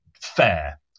fair